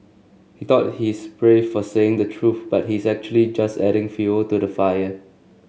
he thought he's brave for saying the truth but he's actually just adding fuel to the fire